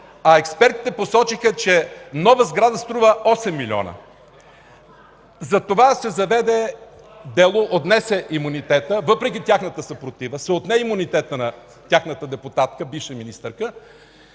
а експертите посочиха, че нова сграда струва 8 милиона. За това се заведе дело, въпреки тяхната съпротива се отне имунитетът на тяхната депутатка, бивша министърка.